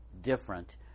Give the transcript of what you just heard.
different